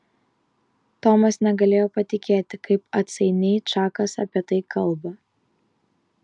tomas negalėjo patikėti kaip atsainiai čakas apie tai kalba